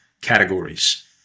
categories